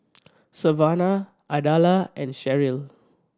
Savanna Ardella and Sheryl